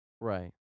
Right